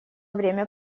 время